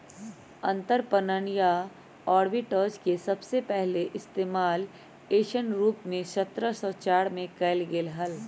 अंतरपणन या आर्बिट्राज के सबसे पहले इश्तेमाल ऐसन रूप में सत्रह सौ चार में कइल गैले हल